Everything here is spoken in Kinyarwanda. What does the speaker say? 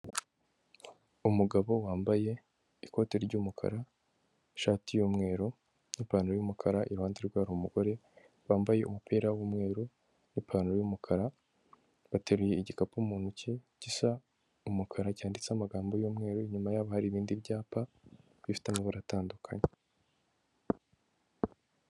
Umugabo wambaye ikoti ry'umukara, ishati y'umweru n'ipantaro y'umukara, iruhande rwe hari umugore, wambaye umupira w'umweru n'ipantaro y'umukara, bateruye igikapu mu ntoki gisa umukara, cyanditseho amagambo y'umweru, inyuma yabo hari ibindi byapa, bifite amabara atandukanye.